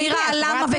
הסתכלת במראה הבוקר?